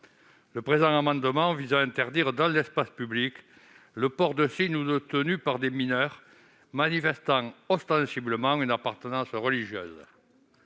Le présent amendement vise à interdire, dans l'espace public, le port par des mineurs de signes ou de tenues manifestant ostensiblement une appartenance religieuse.